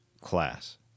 class